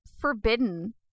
forbidden